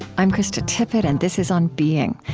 i'm krista tippett, and this is on being.